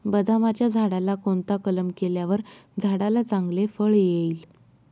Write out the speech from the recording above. बदामाच्या झाडाला कोणता कलम केल्यावर झाडाला चांगले फळ येईल?